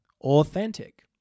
authentic